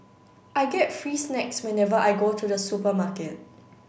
I get free snacks whenever I go to the supermarket